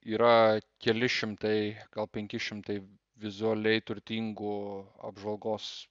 yra keli šimtai gal penki šimtai vizualiai turtingų apžvalgos